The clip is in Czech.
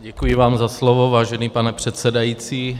Děkuji vám za slovo, vážený pane předsedající.